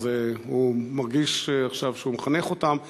אז הוא מרגיש עכשיו שהוא מחנך אותם,